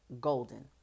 golden